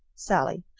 sallie.